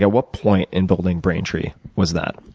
yeah what point in building braintree was that?